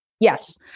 Yes